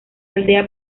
aldea